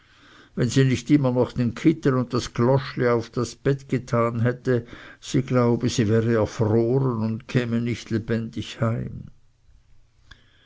wenn sie nicht immer noch den kittel und das gloschli auf das bett getan hätte sie glaube sie wäre erfroren und käme nicht lebendig heim